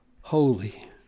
holy